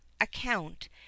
account